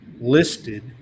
listed